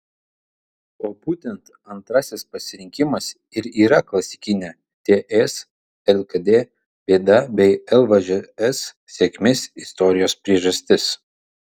o būtent antrasis pasirinkimas ir yra klasikinė ts lkd bėda bei lvžs sėkmės istorijos priežastis